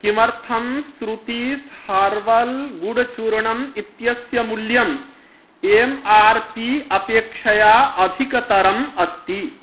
किमर्थं श्रुतीस् हार्वल् गुडचुर्णम् इत्यस्य मूल्यम् एम् आर् पी अपेक्षया अधिकतरम् अस्ति